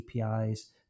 APIs